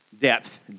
depth